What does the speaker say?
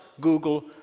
google